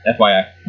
FYI